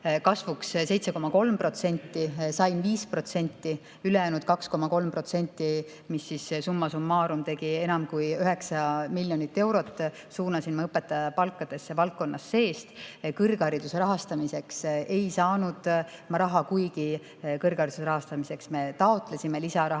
kasvuks 7,3%, sain 5%, ülejäänud 2,3%, missumma summarumtegi enam kui 9 miljonit eurot, suunasime õpetajate palkadesse valdkonna seest. Kõrghariduse rahastamiseks ei saanud ma raha, kuigi kõrghariduse rahastamiseks me taotlesime lisaraha. Ja ka